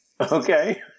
Okay